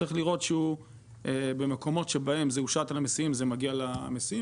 צריך לראות שבמקומות שבהם זה הושת על המסיעים זה מגיע למסיעים,